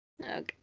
Okay